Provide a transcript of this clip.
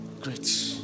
Great